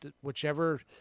whichever